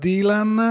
Dylan